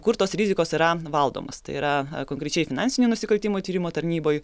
kur tos rizikos yra valdomas tai yra konkrečiai finansinių nusikaltimų tyrimų tarnyboj